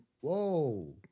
Whoa